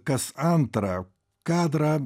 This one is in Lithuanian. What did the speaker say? kas antrą kadrą